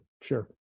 sure